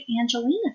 Angelina